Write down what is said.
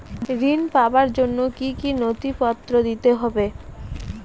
ঋণ পাবার জন্য কি কী নথিপত্র দিতে হবে?